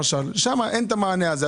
שם אין את המענה הזה,